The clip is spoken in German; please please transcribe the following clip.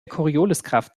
corioliskraft